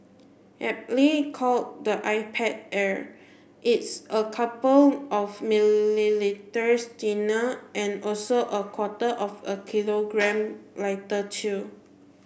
aptly called the iPad Air it's a couple of millimetres thinner and also a quarter of a kilogram lighter too